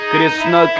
Krishna